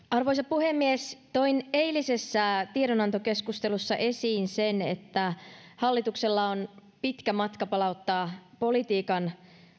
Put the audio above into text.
arvoisa puhemies toin eilisessä tiedonantokeskustelussa esiin sen että hallituksella on pitkä matka palauttaa politiikan